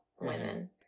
women